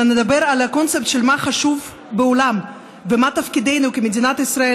נדבר על הקונספט של מה חשוב בעולם ומה תפקידנו כמדינת ישראל